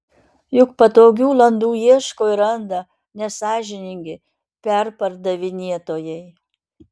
juk patogių landų ieško ir randa nesąžiningi perpardavinėtojai